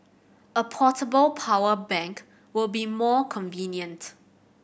a portable power bank will be more convenient